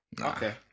okay